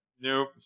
Nope